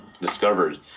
discovered